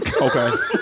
Okay